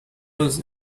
was